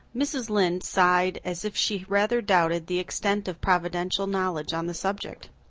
mrs. lynde sighed as if she rather doubted the extent of providential knowledge on the subject.